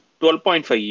12.5